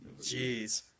Jeez